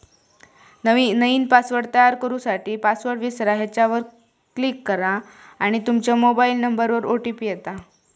नईन पासवर्ड तयार करू साठी, पासवर्ड विसरा ह्येच्यावर क्लीक करा आणि तूमच्या मोबाइल नंबरवर ओ.टी.पी येता